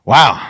Wow